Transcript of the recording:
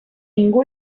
ningú